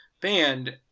band